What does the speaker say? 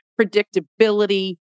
predictability